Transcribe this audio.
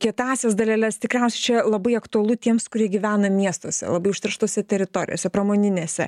kietąsias daleles tikriausia čia labai aktualu tiems kurie gyvena miestuose labai užterštose teritorijose pramoninėse